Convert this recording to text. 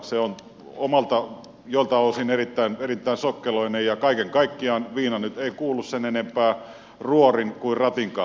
se on joiltain osin erittäin sokkeloinen ja kaiken kaikkiaan viina nyt ei kuulu sen enempää ruorin kuin ratinkaan taakse